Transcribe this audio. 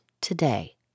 today